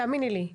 תאמיני לי.